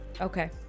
Okay